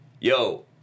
yo